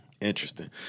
Interesting